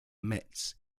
metz